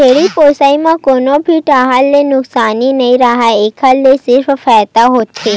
भेड़िया पोसई म कोनो भी डाहर ले नुकसानी नइ राहय एखर ले सिरिफ फायदा होथे